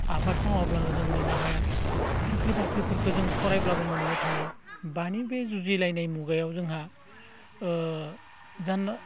आबाद मावाब्लानो जों मोननो हाया साख्रि बाख्रिफोरखौ जों फरायब्लाबो मोननो थांला दानि बे जुजिलायनाय मुगायाव जोंहा जान